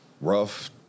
rough